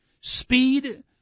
speed